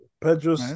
Pedro